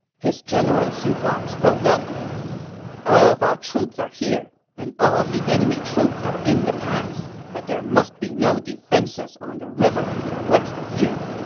his general xu huang spoke up all of our troops are here, and all of the enemy's troops are in the pass. but there must be no defenses on the river to the west of here.